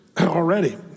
already